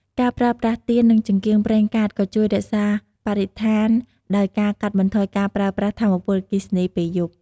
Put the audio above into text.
ការប្រើប្រាស់ទៀន និងចង្កៀងប្រេងកាតក៏ជួយរក្សាបរិស្ថានដោយការកាត់បន្ថយការប្រើប្រាស់ថាមពលអគ្គិសនីពេលយប់។